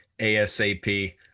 ASAP